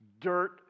dirt